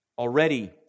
Already